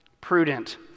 prudent